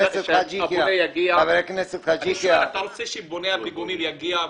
אני שואל: אתה רוצה שבונה הפיגומים יגיע ויאשר,